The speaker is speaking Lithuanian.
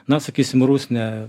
na sakysim rusnė